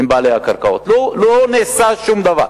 עם בעלי הקרקעות, לא נעשה שום דבר.